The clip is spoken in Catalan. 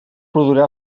produirà